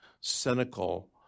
cynical